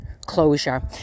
closure